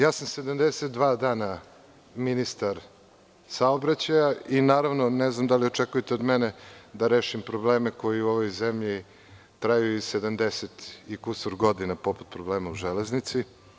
Ja sam 72 dana ministar saobraćaja i, naravno, ne znam da li očekujete od mene da rešim probleme koji u ovoj zemlji traju sedamdeset i kusur godina, poput problema u železnici.